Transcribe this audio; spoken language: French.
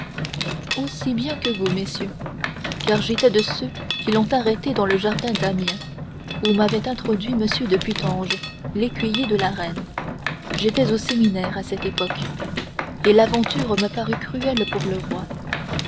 aussi bien que vous messieurs car j'étais de ceux qui l'ont arrêté dans le jardin d'amiens où m'avait introduit m de putange l'écuyer de la reine j'étais au séminaire à cette époque et l'aventure me parut cruelle pour le roi